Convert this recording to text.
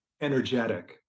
energetic